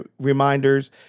reminders